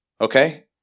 okay